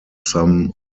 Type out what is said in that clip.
some